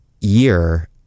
year